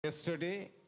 Yesterday